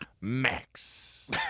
Max